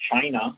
China